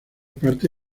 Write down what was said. parte